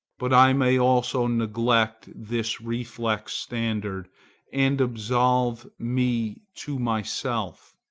but i may also neglect this reflex standard and absolve me to myself.